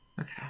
Okay